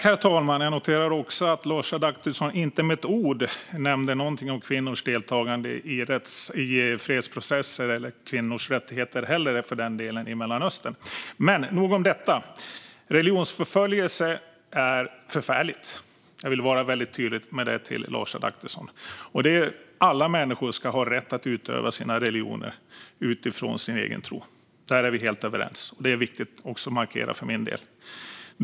Herr talman! Jag noterar att Lars Adaktusson inte med ett ord nämnde kvinnors deltagande i fredsprocesser - och för den delen inte heller kvinnors rättigheter - i Mellanöstern. Men nog om det! Religionsförföljelse är förfärligt. Jag vill vara väldigt tydlig med det till Lars Adaktusson. Alla människor ska ha rätt att utöva sin religion utifrån sin egen tro. Där är vi helt överens, och det är viktigt att markera för min del.